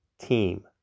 team